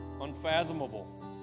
unfathomable